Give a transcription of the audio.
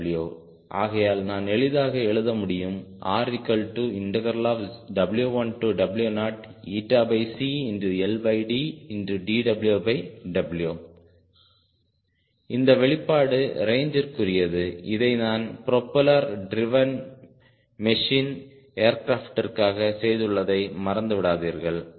LW ஆகையால் நான் எளிதாக எழுத முடியும் RW1W0 இந்த வெளிப்பாடு ரேஞ்ச்சிற்குரியது இதை நாம் ப்ரொப்பல்லர் ட்ரிவேன் மெஷின் ஏர்கிராப்டிற்க்காக செய்துள்ளதை மறந்துவிடாதீர்கள்